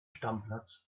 stammplatz